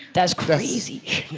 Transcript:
that's crazy.